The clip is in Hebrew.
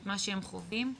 את מה שהם חווים.